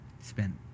Spent